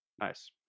Nice